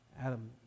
Adam